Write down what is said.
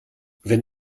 wenn